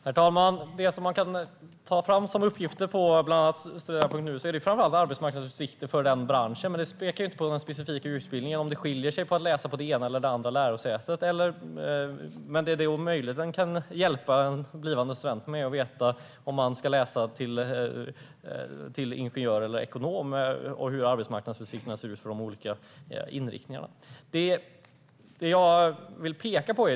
Herr talman! De uppgifter som man kan ta fram på bland annat studera.nu gäller framför allt arbetsmarknadsutsikter för branschen; de pekar inte på den specifika utbildningen och om det skiljer sig att läsa på det ena eller andra lärosätet. Möjligen kan det hjälpa blivande studenter att veta om de ska läsa till ingenjör eller ekonom och hur arbetsmarknadsutsikterna ser ut för de olika inriktningarna.